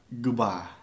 Goodbye